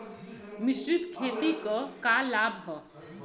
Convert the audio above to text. मिश्रित खेती क का लाभ ह?